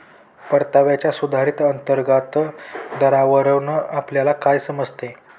परताव्याच्या सुधारित अंतर्गत दरावरून आपल्याला काय समजते?